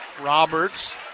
Roberts